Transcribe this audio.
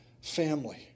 family